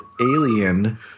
Alien